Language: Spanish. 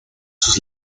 sus